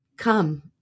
come